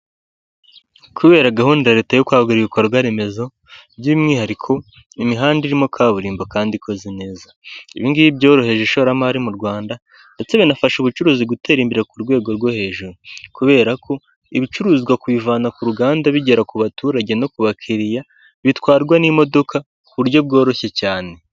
Kubera gahunda ya Leta yo kwagura ibikorwa remezo, by'umwihariko imihanda irimo kaburimbo kandi ikoze neza, ibi ngibi byoroheje ishoramari mu Rwanda ndetse binafasha ubucuruzi gutera imbere ku rwego rwo hejuru, kubera ko ibicuruzwa kubivana ku ruganda bigera ku baturage no ku bakiriya, bitwarwa n'imodoka ku buryo bworoshye cyane.